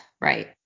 Right